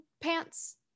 pants